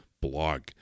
blog